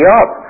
up